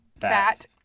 fat